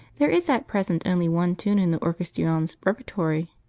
there is at present only one tune in the orchestrion's repertory,